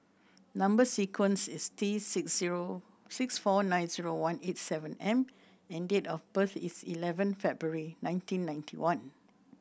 number sequence is T six zero six four nine zero one eight seven M and date of birth is eleven February nineteen ninety one